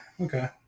okay